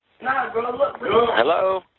Hello